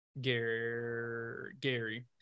Gary